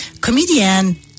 Comedian